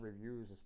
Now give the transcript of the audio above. reviews